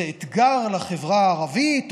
זה אתגר לחברה הערבית,